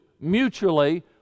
mutually